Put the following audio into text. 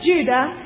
Judah